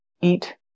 eat